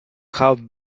have